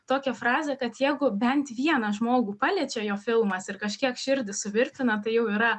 tokią frazę kad jeigu bent vieną žmogų paliečia jo filmas ir kažkiek širdį suvirpina tai jau yra